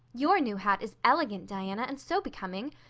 your new hat is elegant, diana, and so becoming.